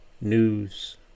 news